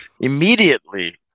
immediately